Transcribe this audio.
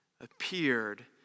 appeared